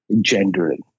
gendering